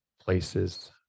places